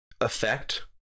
effect